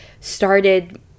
started